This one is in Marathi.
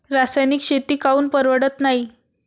रासायनिक शेती काऊन परवडत नाई?